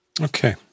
Okay